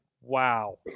wow